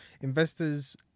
Investors